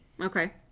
okay